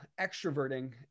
extroverting